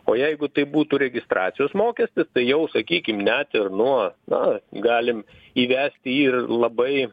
o jeigu tai būtų registracijos mokestis tai jau sakykim net ir nuo na galim įvesti jį ir labai